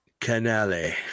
Canale